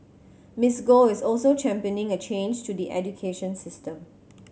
Miss Go is also championing a change to the education system